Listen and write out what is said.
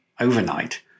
overnight